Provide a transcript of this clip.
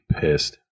pissed